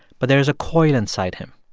but there is a coil inside him.